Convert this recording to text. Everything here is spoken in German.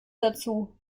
dazu